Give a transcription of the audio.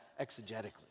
exegetically